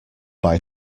buy